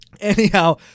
Anyhow